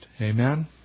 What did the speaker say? Amen